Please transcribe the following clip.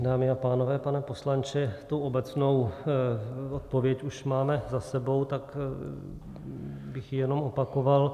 Dámy a pánové, pane poslanče, tu obecnou odpověď už máme za sebou, tak bych ji jenom opakoval.